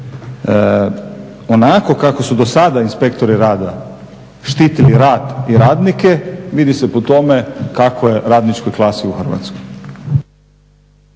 Onako kako su do sada inspektori rada štitili rad i radnike vidi se po tome kako je radničkoj klasi u Hrvatskoj.